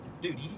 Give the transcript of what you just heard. Dude